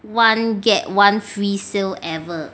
one get one free sale ever